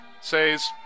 says